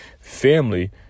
Family